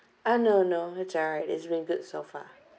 uh no no it's alright it's been good so far